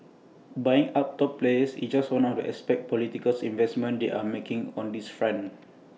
buying up top players is just one aspect of the political investments they are making on this front